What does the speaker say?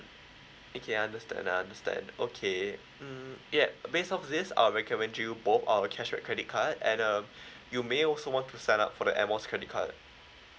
okay I understand I understand okay mm yup based of this I'll recommend you both our cashback credit card and uh you may also want to sign up for the air miles credit card